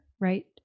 right